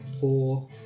four